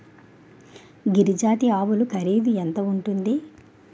గిరి జాతి ఆవులు ఖరీదు ఎంత ఉంటుంది?